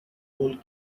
old